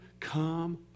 Come